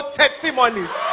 testimonies